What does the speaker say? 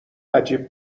عجیب